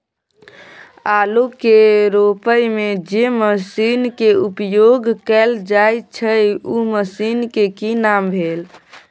आलू के रोपय में जे मसीन के उपयोग कैल जाय छै उ मसीन के की नाम भेल?